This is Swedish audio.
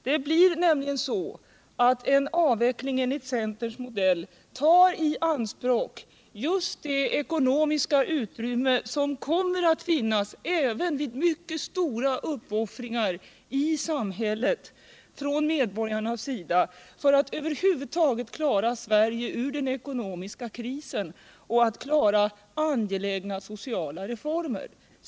Det blir nämligen så att en avveckling enligt centerns modell tar i anspråk allt det ekonomiska utrymme som kommer att finnas, även vid mycket stora uppoffringar av medborgarna i samhället, för att över huvud taget klara Sverige ur den ekonomiska krisen och för att klara angelägna sociala reformer.